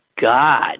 God